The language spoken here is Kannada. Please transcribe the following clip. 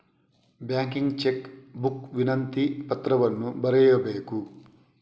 ಬ್ಯಾಂಕಿಗೆ ಚೆಕ್ ಬುಕ್ ವಿನಂತಿ ಪತ್ರವನ್ನು ಬರೆಯಬೇಕು